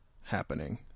happening